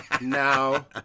Now